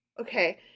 Okay